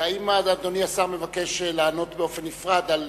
האם אדוני השר מבקש לענות באופן נפרד?